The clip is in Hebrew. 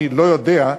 אני לא יודע,